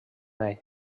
ell